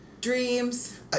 dreams